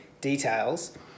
details